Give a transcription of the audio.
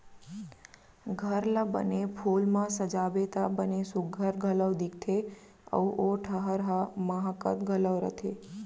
घर ला बने फूल म सजाबे त बने सुग्घर घलौ दिखथे अउ ओ ठहर ह माहकत घलौ रथे